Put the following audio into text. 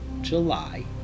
July